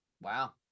Wow